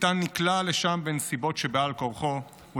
איתן נקלע לשם בנסיבות שבעל כורחו: הוא